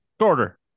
quarter